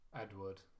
Edward